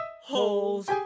holes